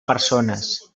persones